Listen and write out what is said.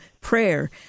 prayer